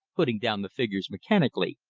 putting down the figures mechanically,